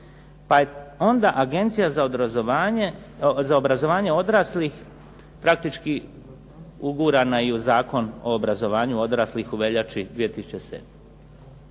pa je onda Agencija za obrazovanje odraslih praktički ugurana i u Zakon o obrazovanju odraslih u veljači 2007.